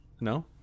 No